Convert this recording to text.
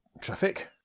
Traffic